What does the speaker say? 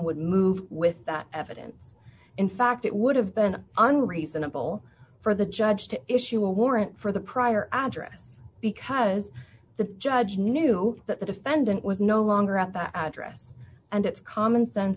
would move with that evidence in fact it would have been unreasonable for the judge to issue a warrant for the prior address because the judge knew that the defendant was no longer at that address and it's common sense